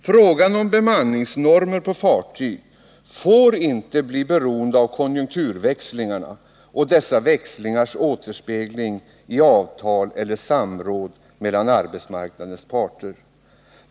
Frågan om bemanningsnormer på fartyg får inte bli beroende av konjunkturväxlingarna och dessa växlingars återspegling i avtal eller samråd mellan arbetsmarknadens parter.